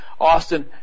Austin